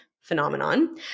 phenomenon